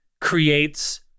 creates